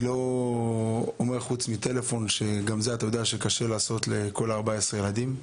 גם בטלפון קשה להתקשר ל-14 ילדים.